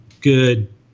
good